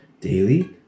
daily